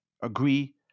agree